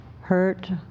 hurt